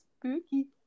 spooky